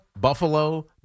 Buffalo